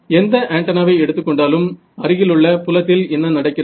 எந்த ஆன்டென்னாவை எடுத்துக்கொண்டாலும் அருகிலுள்ள புலத்தில் என்ன நடக்கிறது